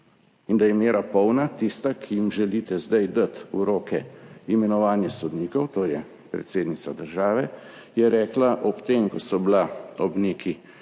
In da je mera polna, tista, ki ji želite zdaj dati v roke imenovanje sodnikov, to je predsednica države, je rekla ob tem, ko so bila ob neki sporni